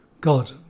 God